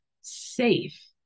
safe